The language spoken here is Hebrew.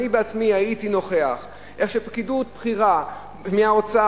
אני בעצמי הייתי נוכח איך פקידות בכירה מהאוצר